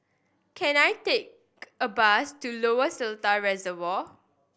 can I take a bus to Lower Seletar Reservoir